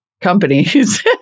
companies